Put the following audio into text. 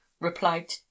replied